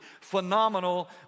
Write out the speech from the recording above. phenomenal